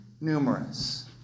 numerous